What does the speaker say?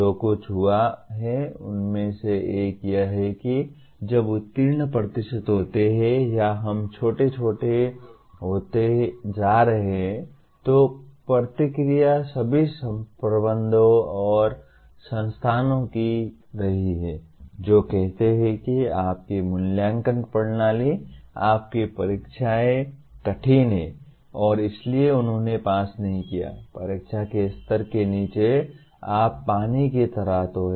जो कुछ हुआ है उनमें से एक यह है कि जब उत्तीर्ण प्रतिशत होते हैं या हम छोटे और छोटे होते जा रहे हैं तो प्रतिक्रिया सभी प्रबंधों और संस्थानों की रही है जो कहते हैं कि आपकी मूल्यांकन प्रणाली आपकी परीक्षाएँ कठिन हैं और इसीलिए उन्होंने पास नहीं किया परीक्षा के स्तर के नीचे आप पानी की तरह तो है